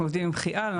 אנחנו עובדים עם חיא"ל,